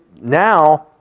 now